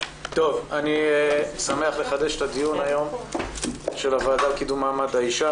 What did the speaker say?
אני מתכבד לפתוח שוב את הדיון בוועדה לקידום מעמד האישה,